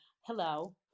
hello